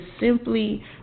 simply